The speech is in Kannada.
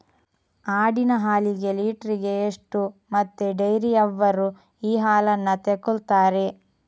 ಆಡಿನ ಹಾಲಿಗೆ ಲೀಟ್ರಿಗೆ ಎಷ್ಟು ಮತ್ತೆ ಡೈರಿಯವ್ರರು ಈ ಹಾಲನ್ನ ತೆಕೊಳ್ತಾರೆ?